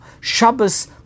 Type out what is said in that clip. Shabbos